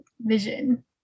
vision